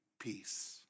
peace